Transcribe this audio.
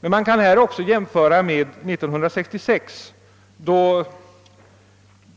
En jämförelse kan emellertid också göras med 1966, då